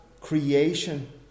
creation